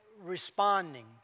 responding